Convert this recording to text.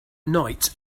night